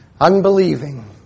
unbelieving